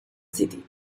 city